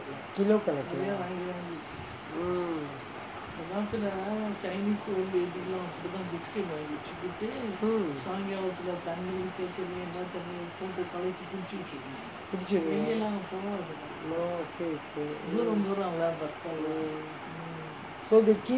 kilo கணக்கு:kilogram kanakku lah mm குடிச்சுட்டு இருக்குங்கே:kudichittu irukungae oh okay okay so the